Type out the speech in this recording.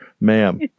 Ma'am